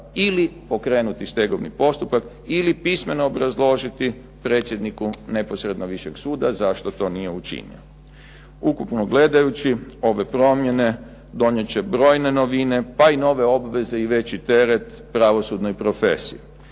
ili pokrenuti stegovni postupak ili pismeno obrazložiti predsjedniku neposredno višeg suda zašto to nije učinio. Ukupno gledajući ove promjene donijet će brojne novine pa i nove obveze i veći teret pravosudnoj profesiji.